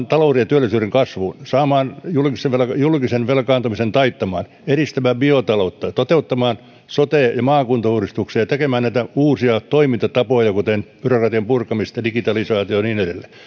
talouden ja työllisyyden kasvuun saamaan julkisen velkaantumisen taittumaan edistämään biotaloutta toteuttamaan sote ja maakuntauudistuksia ja ottamaan käyttöön näitä uusia toimintatapoja kuten byrokratian purkamista digitalisaatiota ja niin edelleen